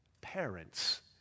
parents